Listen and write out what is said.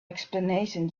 explanation